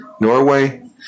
Norway